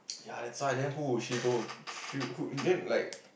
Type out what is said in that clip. ya that's why then who would she go she who then like